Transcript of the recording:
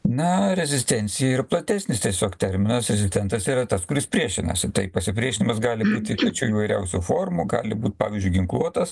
na rezistencija yra platesnis tiesiog terminas rezistentas yra tas kuris priešinasi tai pasipriešinimas gali būti įvairiausių formų gali būt pavyzdžiui ginkluotas